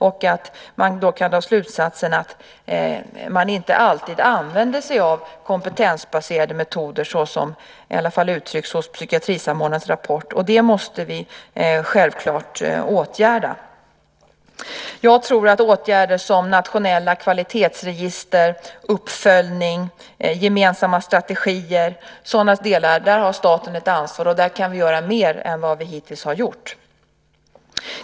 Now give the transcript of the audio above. Då kan man dra slutsatsen att man inte alltid använder sig av kompetensbaserade metoder såsom uttrycks i psykiatrisamordnarens rapport. Det måste vi självfallet åtgärda. Jag tror att staten har ett ansvar för åtgärder som nationella kvalitetsregister, uppföljning och gemensamma strategier. Där kan vi göra mer än vad vi hittills har gjort.